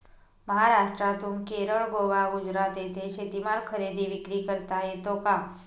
महाराष्ट्रातून केरळ, गोवा, गुजरात येथे शेतीमाल खरेदी विक्री करता येतो का?